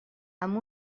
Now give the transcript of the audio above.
amb